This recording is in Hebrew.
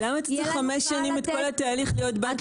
יהיה לנו קל לתת --- למה צריך חמש שנים את כל התהליך להיות בנק?